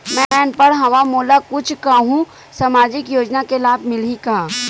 मैं अनपढ़ हाव मोला कुछ कहूं सामाजिक योजना के लाभ मिलही का?